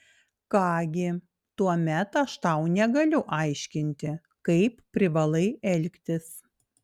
ką gi tuomet aš tau negaliu aiškinti kaip privalai elgtis